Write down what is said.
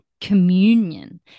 communion